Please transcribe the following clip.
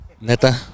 Neta